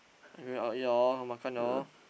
I going out eat lor makan lor